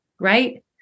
Right